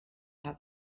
have